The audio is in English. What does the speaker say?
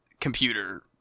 computer